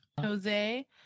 Jose